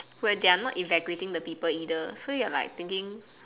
where they are not evacuating the people either so you are there thinking